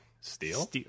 steel